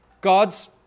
God's